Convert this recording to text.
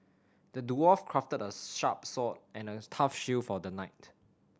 the dwarf crafted a sharp sword and a tough shield for the knight